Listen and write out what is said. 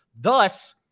Thus